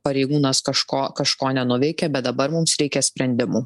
pareigūnas kažko kažko nenuveikė bet dabar mums reikia sprendimų